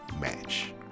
match